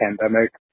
pandemic